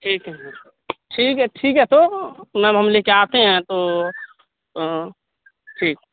ٹھیک ہے ٹھیک ہے ٹھیک ہے تو میم ہم لے کے آتے ہیں تو ٹھیک